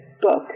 Book